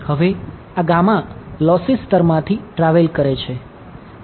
હવે આ લોસી સ્તરમાંથી ટ્રાવેલ કરે છે